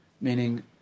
meaning